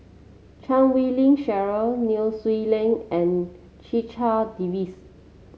Chan Wei Ling Cheryl Nai Swee Leng and Checha Davies